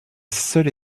seule